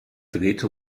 drehte